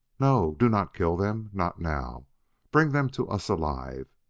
no do not kill them. not now bring them to us alive.